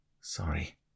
Sorry